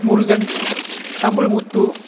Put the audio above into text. Murugan Tamilmuthu